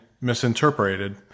misinterpreted